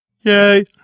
yay